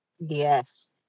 Yes